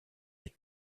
your